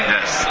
Yes